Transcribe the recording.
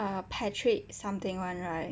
uh patrick something [one] right